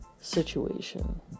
situation